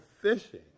fishing